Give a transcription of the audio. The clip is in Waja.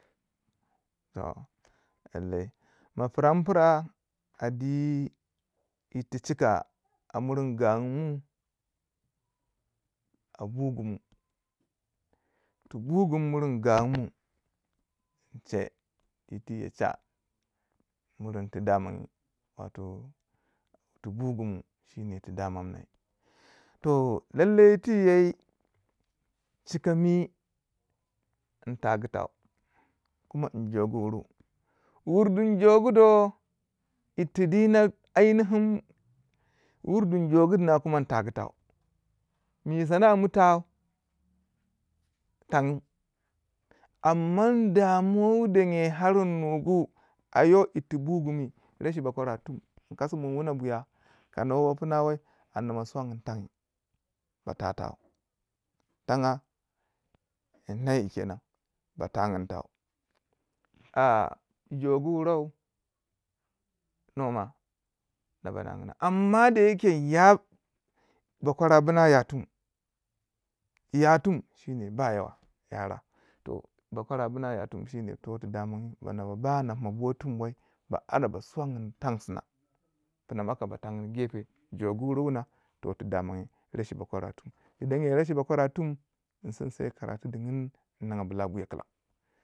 toh lailai ma piran pira adi yit to chika amiringu gangumu a bugamu tubugumu mirin gangumu in che ti te ye cha murungu ti damanyi toh tu bugu mu shineh ti daman ne toh lailai tiye chika mi nyi tagu tau, kuma yin jogu wuru, wur dun jogu do yir ti dina andi hin wur dun jogu dina kuma nyi tagu tau, mi sana a mi tau tanyi am man damuwa wi don ye har nyigu ayo yir tu bugumu ra shi bokora tum nkasi mun wuna buya kanawo pina wi anda ma suwangin tangyi ba ta tau, tanga ba tanyin tau a jogu wurau noma ba ba ninga yina amma da yake ya bokora buna ya tum, ya tum shineh ba yawa yara toh bokwara buna ya tum shineh yara toh tu damangu bana buna ba anda ba ninga mun to wuna bina maka ba ta gun gefe jogu wuru wuna tu damangu rashi bokwara tum, tu dewe rashi bokora tum nyin sinse karatu wuna nyin ni gabu labuya kilan.